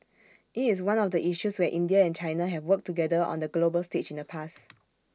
IT is one of the issues where India and China have worked together on the global stage in the past